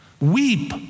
Weep